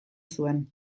zuen